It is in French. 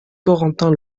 corentin